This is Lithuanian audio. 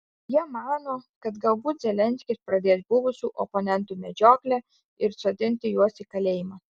jie mano kad galbūt zelenskis pradės buvusių oponentų medžioklę ir sodinti juos į kalėjimą